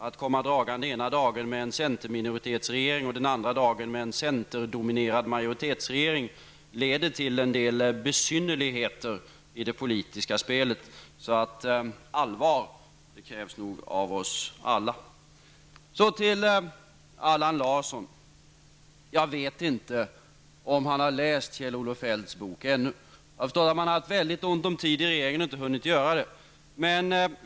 Att komma dragande ena dagen med en centerminoritetsregering och den andra dagen med en centerdominerad majoritetsregering leder till en del besynnerligheter i det politiska spelet. Allvar krävs nog av oss alla. Jag vet inte om Allan Larsson har läst Kjell-Olof Feldts bok ännu. Jag förstår att man har haft mycket ont om tid i regeringen och inte har hunnit göra det.